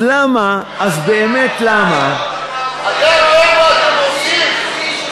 אתה רואה מה אתם עושים?